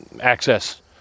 access